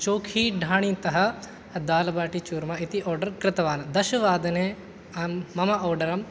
चोखिढानितः दाल् बाटि चूर्मा इति आर्डर् कृतवान् दशवादने अहं मम आर्डरं